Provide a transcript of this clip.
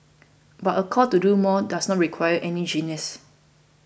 but a call to do more does not require any genius